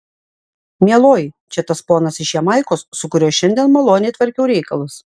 mieloji čia tas ponas iš jamaikos su kuriuo šiandien maloniai tvarkiau reikalus